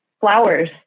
flowers